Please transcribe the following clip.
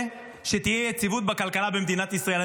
אני רוצה שתהיה יציבות בכלכלה במדינת ישראל.